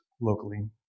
locally